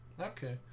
Okay